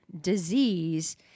disease